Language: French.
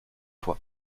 fois